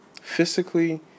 Physically